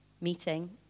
meeting